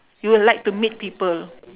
you like to meet people